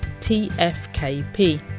TFKP